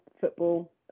football